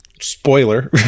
spoiler